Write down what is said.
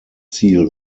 ziel